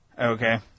Okay